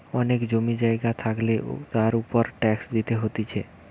অনেক জমি জায়গা থাকলে তার উপর ট্যাক্স দিতে হতিছে